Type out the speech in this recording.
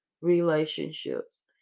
relationships